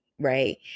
right